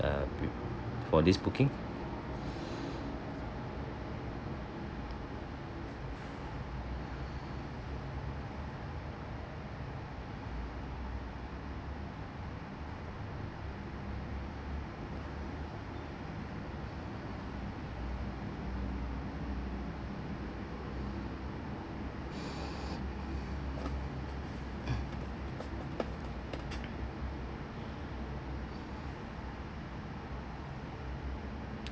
err for this booking